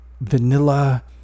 vanilla